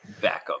backup